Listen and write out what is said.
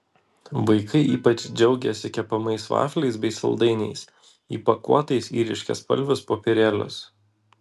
vaikai ypač džiaugėsi kepamais vafliais bei saldainiais įpakuotais į ryškiaspalvius popierėlius